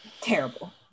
Terrible